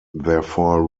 therefore